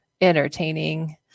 entertaining